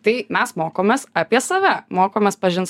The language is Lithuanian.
tai mes mokomės apie save mokomės pažint